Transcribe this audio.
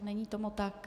Není tomu tak.